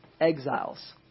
exiles